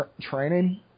training